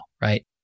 right